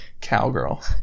cowgirl